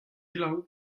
glav